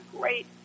great